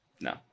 No